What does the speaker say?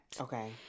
okay